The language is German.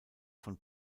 von